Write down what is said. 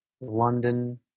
London